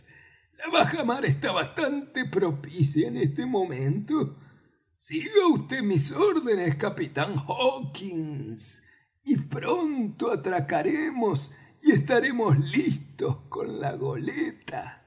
la bajamar está bastante propicia en este momento siga vd mis órdenes capitán hawkins y pronto atracaremos y estaremos listos con la goleta